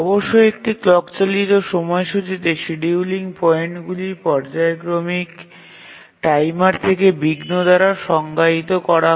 অবশ্যই একটি ক্লক চালিত সময়সূচীতে শিডিয়ুলিং পয়েন্টগুলি পর্যায়ক্রমিক টাইমার থেকে বিঘ্ন দ্বারা সংজ্ঞায়িত করা হয়